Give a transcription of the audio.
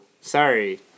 sorry